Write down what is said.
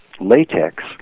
latex